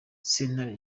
sentare